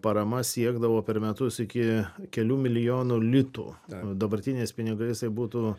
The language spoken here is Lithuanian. parama siekdavo per metus iki kelių milijonų litų dabartiniais pinigais tai būtų